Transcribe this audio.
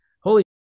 holy